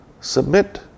submit